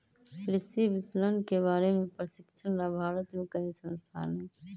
कृषि विपणन के बारे में प्रशिक्षण ला भारत में कई संस्थान हई